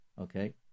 okay